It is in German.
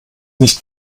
nicht